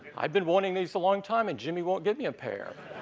i've been wanting this a long time and jimmy won't get me a pair.